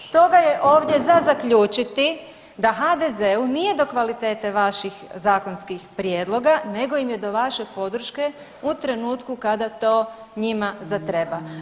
Stoga je ovdje za zaključiti da HDZ-u nije do kvalitete vaših zakonskih prijedloga nego im je do vaše podrške u trenutku kada to njima zatreba.